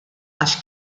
għax